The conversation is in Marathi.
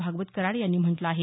भागवत कराड यांनी म्हटलं आहे